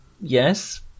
Yes